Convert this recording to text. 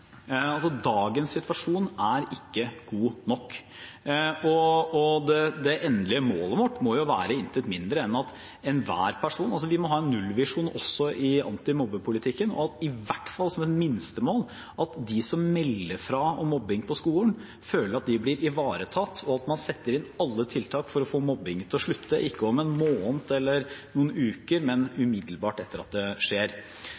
Dagens situasjon er ikke god nok. Det endelige målet vårt må være intet mindre enn en nullvisjon også i antimobbepolitikken. Vi må i hvert fall ha som et minstemål at de som melder fra om mobbing på skolen, føler at de blir ivaretatt, og at man setter inn alle tiltak for å få mobbingen til å slutte – ikke om en måned, eller om noen uker, men umiddelbart etter at det skjer.